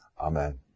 Amen